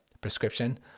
prescription